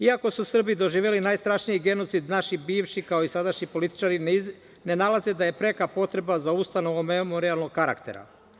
Iako su Srbi doživeli najstrašniji genocid, naši bivši, kao i sadašnji političari, ne nalaze da je preka potreba za ustanovom memorijalnog karaktera.